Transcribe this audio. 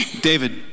David